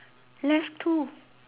left two